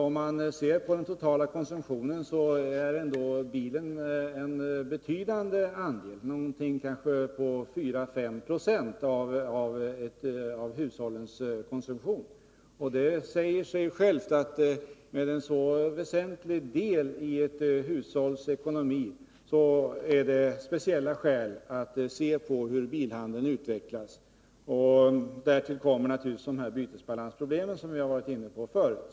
Bilköpen svarar för en betydande andel av den totala konsumtionen, 4-5 96 av hushållens konsumtion. Därmed säger det sig självt att det finns speciella skäl att se på hur bilhandeln utvecklas. Därtill kommer naturligtvis de bytesbalansproblem som vi varit inne på förut.